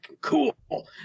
cool